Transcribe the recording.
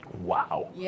Wow